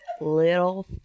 little